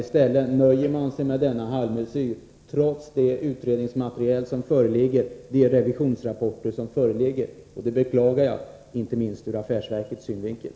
I stället nöjer sig regeringen med en halvmesyr, trots det utredningsmaterial och de revisionsrappporter som föreligger. Det beklagar jag, inte minst ur affärsverkets synvinkel.